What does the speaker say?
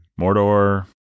Mordor